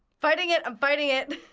fighting it. i'm fighting it.